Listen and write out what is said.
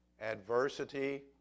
Adversity